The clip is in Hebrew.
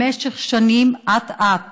במשך שנים אט-אט